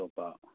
ꯑꯇꯣꯞꯄ